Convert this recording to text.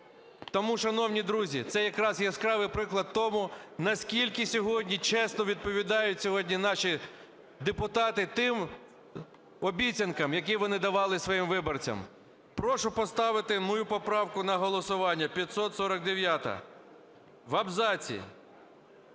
Тому, шановні друзі, це якраз яскравий приклад тому, наскільки сьогодні чесно відповідають наші депутати тим обіцянкам, які вони давали своїм виборцям. Прошу поставити мою поправку на голосування, 549-а: "В абзаці